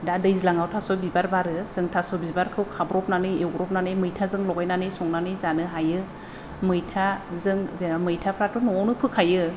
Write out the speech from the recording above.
दा दैज्लाङाव थास' बिबार बारो जों थास' बिबारखौ खाब्रबनानै एवब्रबनानै मैथाजों लगायनानै संनानै जानो हायो मैथाजों जेनेबा मैथाफोराथ' न'आवनो फोखायो